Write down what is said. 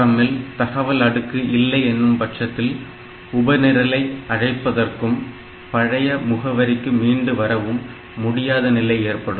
ARM இல் தகவல் அடுக்கு இல்லை என்னும் பட்சத்தில் உப நிரலை அழைப்பதற்கும் பழைய முகவரிக்கு மீண்டு வரவும் முடியாத நிலை ஏற்படும்